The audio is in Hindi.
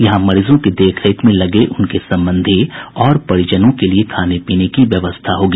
यहां मरीजों की देखरेख में लगे उनके संबंधी और परिजनों के लिये खाने पीने की व्यवस्था होगी